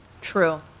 True